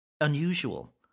unusual